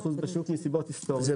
לא,